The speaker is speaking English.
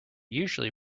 usually